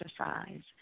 exercise